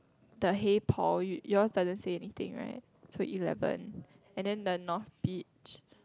the hey Paul yours doesn't say anything right so eleven and then the north beach